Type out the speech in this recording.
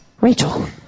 Rachel